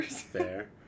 Fair